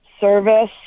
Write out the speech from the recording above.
service